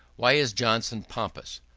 why is johnson pompous,